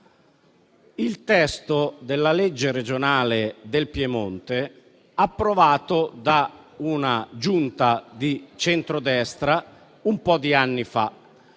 il testo di una legge della Regione Piemonte, approvata da una Giunta di centrodestra un po' di anni fa.